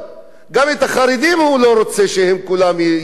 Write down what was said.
הוא גם לא רוצה שכל החרדים ישרתו.